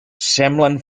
semblen